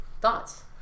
thoughts